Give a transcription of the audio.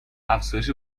افزایش